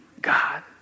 God